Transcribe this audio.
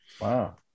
wow